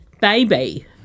baby